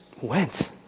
went